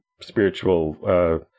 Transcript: spiritual